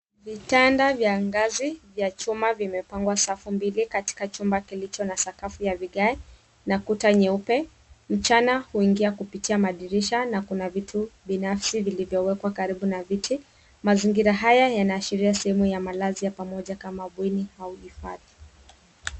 Vitanda vya ngazi vya chuma vimepangwa safu mbili katika chumba kilicho na sakafu ya vigae na kuta nyeupe. Mchana huingia kupitia madirisha na kuna vitu binafsi vilivyowekwa karibu na viti. Mazingira haya yanaashiria sehemu ya malazi ya pamoja kama bweni au hifadhi.